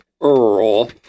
Earl